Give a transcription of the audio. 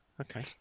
Okay